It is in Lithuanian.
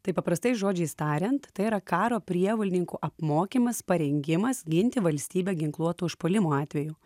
tai paprastai žodžiais tariant tai yra karo prievolininkų apmokymas parengimas ginti valstybę ginkluoto užpuolimo atveju